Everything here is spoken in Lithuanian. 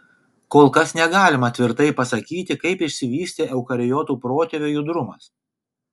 kol kas negalima tvirtai pasakyti kaip išsivystė eukariotų protėvio judrumas